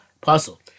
puzzle